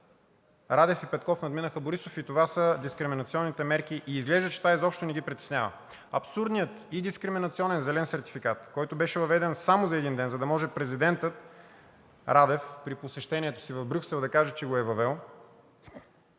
Радев и Петков надминаха Борисов – това са дискриминационните мерки, и изглежда, че това изобщо не ги притеснява. Абсурдният и дискриминационен зелен сертификат, който беше въведен само за един ден, за да може президентът Радев при посещението си в Брюксел да каже, че го е въвел,